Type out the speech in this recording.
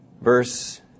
verse